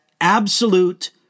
absolute